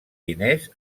diners